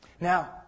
Now